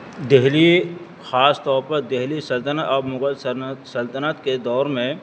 دہلی خاص طور پر دہلی سلطنت اور مغل سلطنت کے دور میں